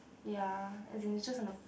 ya as in it's just on the f~